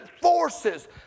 forces